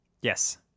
Yes